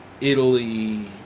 Italy